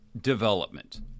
development